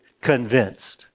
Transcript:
convinced